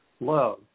love